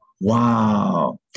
Wow